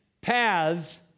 Paths